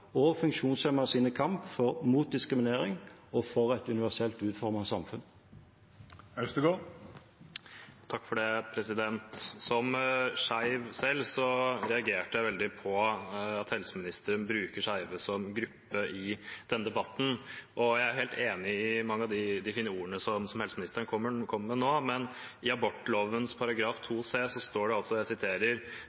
og funksjonshemmedes kamp mot diskriminering og for et universelt utformet samfunn. Som skeiv selv reagerte jeg veldig på at helseministeren bruker skeive som gruppe i denne debatten. Jeg er helt enig i mange av de fine ordene som helseministeren kommer med nå, men i